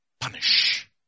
punish